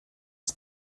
ist